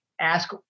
ask